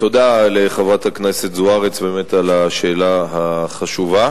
תודה לחברת הכנסת זוארץ על השאלה החשובה.